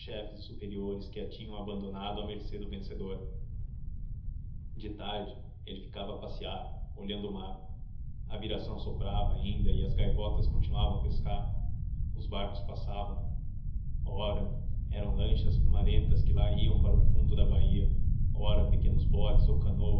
chefes e superiores que a tinham abandonado à mercê do vencedor de tarde ele ficava a passear olhando o mar a viração soprava ainda e as gaivotas continuavam a pescar os barcos passavam ora eram lanchas fumarentas que lá iam para o fundo da baía ora pequenos botes ou canoas